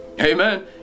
Amen